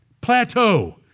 plateau